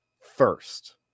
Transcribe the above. first